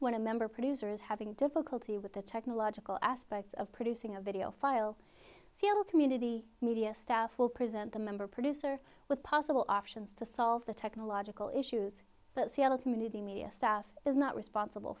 when a member producer is having difficulty with the technological aspects of producing a video file seal community media staff will present a member producer with possible options to solve the technological issues but seattle community media staff is not responsible